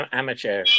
amateur